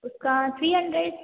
उसका three hundred